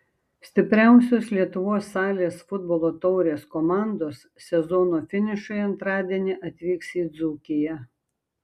stipriausios lietuvos salės futbolo taurės komandos sezono finišui antradienį atvyks į dzūkiją